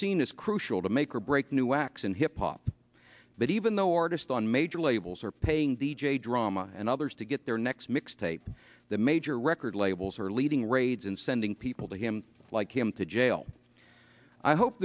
seen as crucial to make or break new acts in hip hop that even though artist on major labels are paying d j drama and others to get their next mixtape the major record labels are leading raids and sending people to him like him to jail i hope